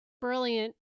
brilliant